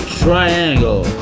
triangle